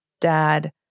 dad